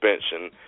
suspension